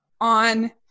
on